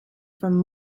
from